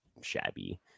shabby